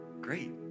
great